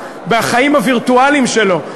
בחיים הווירטואליים שלו.